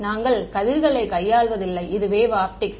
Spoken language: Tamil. நாங்கள் கதிர்களைக் கையாள்வதில்லை இது வேவ் ஆப்டிக்ஸ்